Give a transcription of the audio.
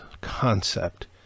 concept